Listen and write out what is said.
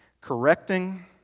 correcting